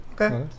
okay